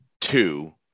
two